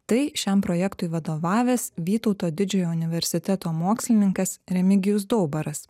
tai šiam projektui vadovavęs vytauto didžiojo universiteto mokslininkas remigijus daubaras